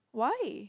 why